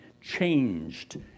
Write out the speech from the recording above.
changed